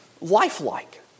lifelike